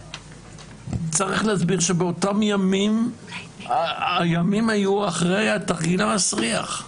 צריך להסביר, שאותם ימים היו אחרי התרגיל המסריח.